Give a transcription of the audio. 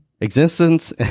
existence